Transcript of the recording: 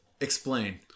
Explain